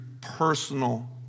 personal